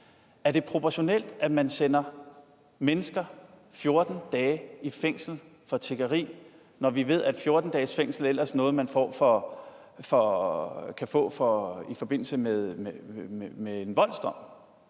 Er det proportionelt, at man sender mennesker 14 dage i fængsel for tiggeri, når vi ved, at 14 dages fængsel ellers er noget, man kan få i forbindelse med en voldsdom?